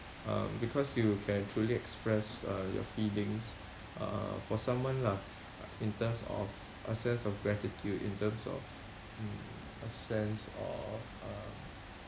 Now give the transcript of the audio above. um because you can truly express uh your feelings uh for someone lah in terms of a sense of gratitude in terms of mm a sense of uh